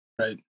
Right